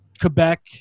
quebec